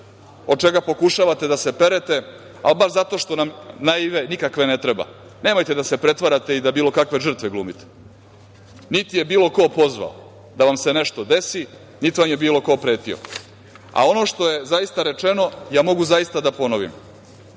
od čega pokušavate da se perete, ali baš zato što nam naive nikakve ne treba, nemojte da se pretvarate i da bilo kakve žrtve glumite. Niti je bilo ko pozvao da vam se nešto desi, niti vam je bilo ko pretio. Ono što je zaista rečeno mogu zaista i da ponovim